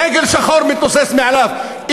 דגל שחור מתנוסס מעליו.